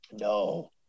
No